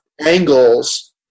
angles